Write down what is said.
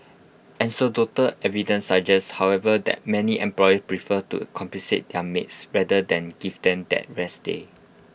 anecdotal evidence suggests however that many employers prefer to compensate their maids rather than give them that rest day